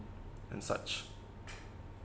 and such